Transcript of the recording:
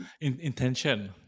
Intention